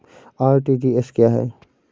RTGS क्या है?